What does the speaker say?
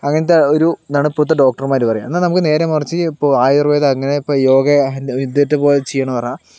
അങ്ങനത്തെ ഒരു ഇതാണ് ഇപ്പോഴത്തെ ഡോക്ടർമാര് പറയുക എന്നാൽ നമുക്ക് നേരെ മറിച്ച് ഇപ്പോൾ ആയുർവേദം അങ്ങനെ ഇപ്പോൾ യോഗ ഇതിറ്റ പോലെ ചെയ്യണമെന്ന് പറഞ്ഞാൽ